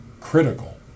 critical